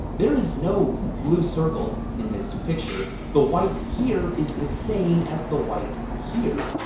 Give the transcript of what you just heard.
there is no blue circle in this picture. the white here is the same as the white here.